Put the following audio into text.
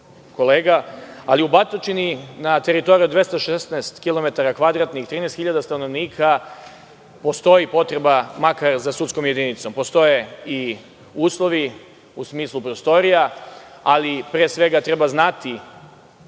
ali u Batočini, na teritoriji od 216 kilometara kvadratnih, 13.000 stanovnika, postoji potreba makar za sudskom jedinicom. Postoje i uslovi, u smislu prostorija, ali pre svega treba znati,